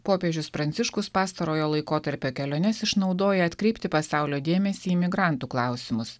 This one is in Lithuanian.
popiežius pranciškus pastarojo laikotarpio keliones išnaudoja atkreipti pasaulio dėmesį į migrantų klausimus